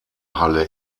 halle